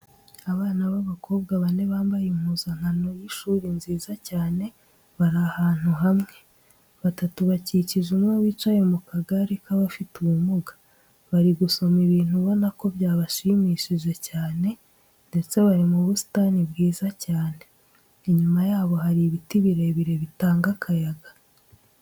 Abana b'abakobwa bane bambaye impuzankano y'ishuri nziza cyane, bari ahantu hamwe, batatu bakikije umwe wicaye mu kagare k'abafite ubumuga. Bari gusoma ibintu ubona ko byabashimishije cyane ndetse bari mu busitani bwiza cyane. Inyuma yabo hari ibiti birebire bitanga akayaga.